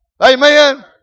Amen